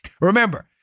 Remember